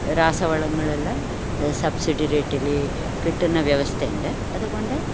രാസവളങ്ങളെല്ലാം subsidy റേറ്റിൽ കിട്ടുന്ന വ്യവസ്ഥ ഉണ്ട് അതുകൊണ്ട്